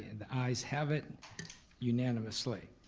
and the ayes have it unanimously.